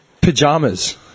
Pajamas